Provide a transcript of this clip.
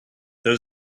there